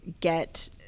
get